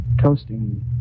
Toasting